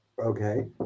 okay